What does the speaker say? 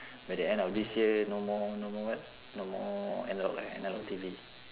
by the end of this year no more no more what no more analog like analog T_V